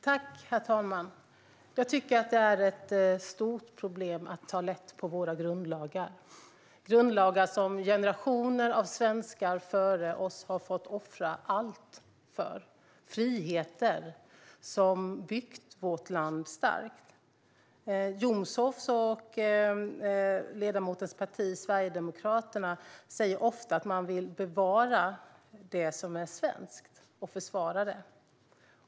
Herr talman! Jag tycker att det är ett stort problem om man tar lätt på våra grundlagar. Det är grundlagar som generationer av svenskar före oss har fått offra allt för. Det är friheter som har byggt vårt land starkt. Jomshof och hans parti, Sverigedemokraterna, säger ofta att man vill bevara det som är svenskt och försvara det.